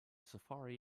safari